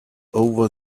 over